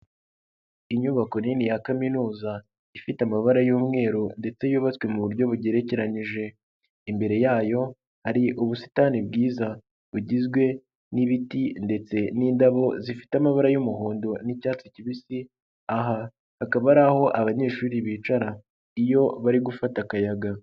Inyubako nini ya kaminuza ifite amabara y'umweru ndetse yubatswe mu buryo bugerekeranije, imbere yayo hari ubusitani bwiza bugizwe n'ibiti ndetse n'indabo zifite amabara y'umuhondo n'icyatsi kibisi, aha hakaba ariho abanyeshuri bicara iyo bari gufata akayaga.